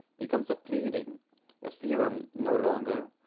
becomes a pleading a theorem no longer,